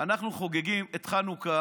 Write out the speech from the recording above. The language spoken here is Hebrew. אנחנו חוגגים את חנוכה